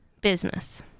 business